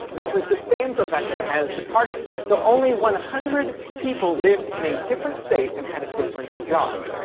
which was the same profession as the target. so only one hundred people lived in a different state and had a different job.